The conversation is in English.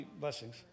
blessings